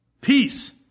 Peace